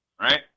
right